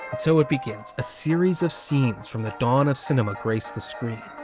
so it begins. a series of scenes from the dawn of cinema grace the screen,